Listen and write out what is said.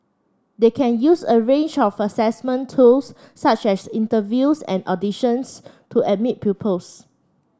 they can use a range of assessment tools such as interviews and auditions to admit pupils